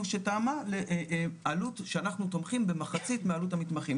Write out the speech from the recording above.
שתאמה לעלות שאנחנו תומכים במחצית מעלות המתמחים.